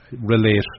relate